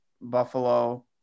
Buffalo